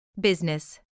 Business